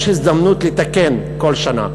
יש הזדמנות לתקן כל שנה.